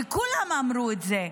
וכולם אמרו את זה,